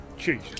Jeez